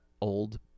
old